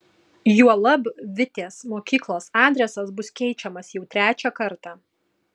juolab vitės mokyklos adresas bus keičiamas jau trečią kartą